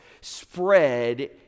spread